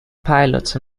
pilots